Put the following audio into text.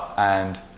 and